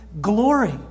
glory